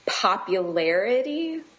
popularity